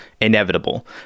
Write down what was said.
inevitable